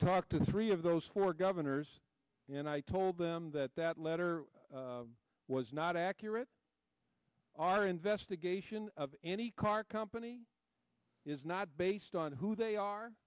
talked to three of those four governors and i told them that that letter was not accurate our investigation of any car company is not based on who they are